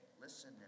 listen